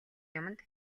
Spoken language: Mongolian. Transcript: юманд